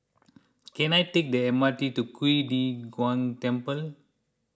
can I take the M R T to Qing De Gong Temple